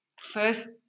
first